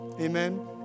amen